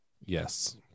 yes